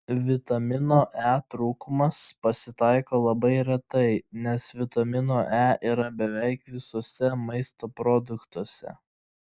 vitamino e trūkumas pasitaiko labai retai nes vitamino e yra beveik visuose maisto produktuose